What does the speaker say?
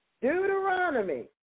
Deuteronomy